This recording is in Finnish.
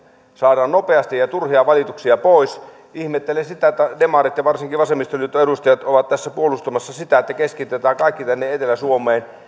saadaan nopeasti ja turhia valituksia pois niin demarit ja varsinkin vasemmistoliiton edustajat ovat tässä puolustamassa sitä että keskitetään kaikki tänne etelä suomeen